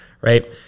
right